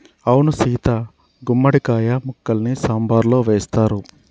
అవును సీత గుమ్మడి కాయ ముక్కల్ని సాంబారులో వేస్తారు